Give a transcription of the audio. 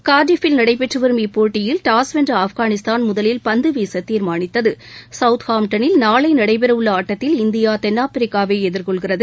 Cardiff ல் நடைபெற்று வரும் இப்போட்டியில் முன்னதாக டாஸ் வென்ற ஆப்கானிஸ்தான் முதலில் பந்து வீசத் தீர்மானித்து சௌத்ஹாம்டனில் நாளை நடபெறவுள்ள ஆட்டத்தில் இந்தியா தென்னாப்பிரிக்காவை எதிர்கொள்கிறது